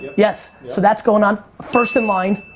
yes, so that's going on. first in line.